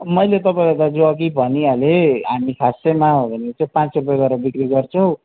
मैले तपाईँलाई दाजु अघि भनी हालेँ हामी खासमा हो भने पाँच रुपियाँ गरेर बिक्री गर्छौँ